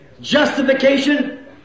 Justification